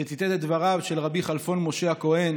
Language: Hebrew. שציטט את דבריו של רבי כלפון משה הכהן